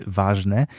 ważne